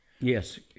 yes